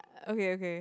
uh okay okay